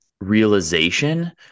realization